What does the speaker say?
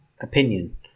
opinion